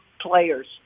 players